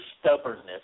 stubbornness